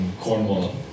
Cornwall